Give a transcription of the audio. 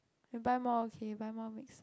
buy more okay buy more mixer